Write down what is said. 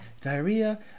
Diarrhea